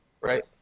right